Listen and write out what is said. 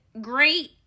Great